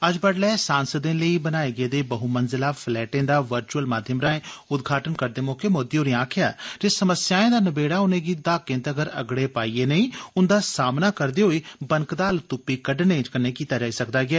अज्ज बड्डलै सांसदें लेई बनाए गेदे बह्मंजला फलैटें दा वर्च्अल माध्यम राएं उदघाटन करदे मौके मोदी होरें आक्खेआ जे समस्याएं दा नबेडा उनेगी दहाकें तगर अगड़े पाइयै नेई उन्दा सामना करदे होई बनकदा हल्ल तुप्पने कन्नै कीता जाई सकदा ऐ